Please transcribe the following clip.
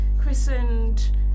christened